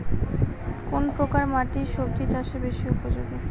কোন প্রকার মাটি সবজি চাষে বেশি উপযোগী?